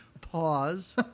pause